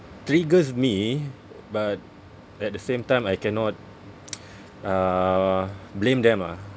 triggers me but at the same time I cannot uh blame them ah